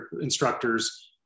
instructors